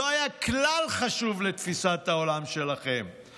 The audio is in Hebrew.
לא היה חשוב לתפיסת העולם שלכם כלל.